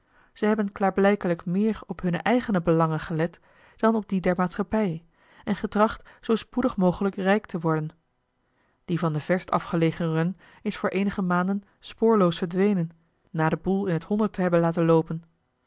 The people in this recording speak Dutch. ze hebben klaarblijkelijk meer op hunne eigene belangen gelet dan op die der maatschappij en getracht zoo spoedig mogelijk rijk te worden die van de verst afgelegen run is voor eenige maanden spoorloos verdwenen na den boel in het honderd te hebben laten loopen